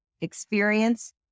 experience